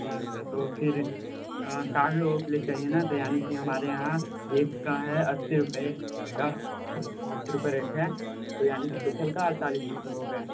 ठीक है तो फिर साठ लोगों के लिए चाहिए न यानि की हमारे यहाँ एक का है अस्सी रुपए अस्सी रुपए रेट हैं तो यानि की टोटल का अड़तालीस रुपए हो गए